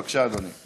בבקשה, אדוני.